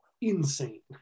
insane